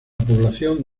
población